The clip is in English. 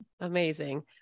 amazing